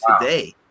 today